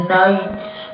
nights